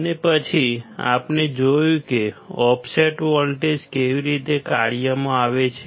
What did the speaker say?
અને પછી આપણે જોયું કે ઓફસેટ વોલ્ટેજ કેવી રીતે કાર્યમાં આવે છે